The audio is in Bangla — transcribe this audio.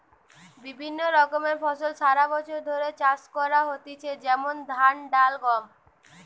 বিভিন্ন রকমের ফসল সারা বছর ধরে চাষ করা হইতেছে যেমন ধান, ডাল, গম